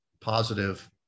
positive